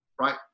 right